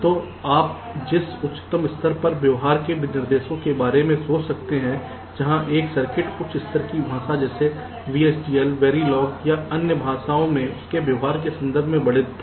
तो आप जिस उच्चतम स्तर पर व्यवहार के विनिर्देश के बारे में सोच सकते हैं जहां एक सर्किट उच्च स्तर की भाषा जैसे वीएचडीएल वेरिलोग या अन्य भाषाओं में उसके व्यवहार के संदर्भ में वर्णित है